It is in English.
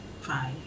five